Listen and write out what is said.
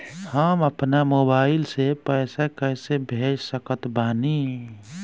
हम अपना मोबाइल से पैसा कैसे भेज सकत बानी?